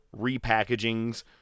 repackagings